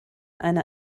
eine